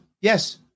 Yes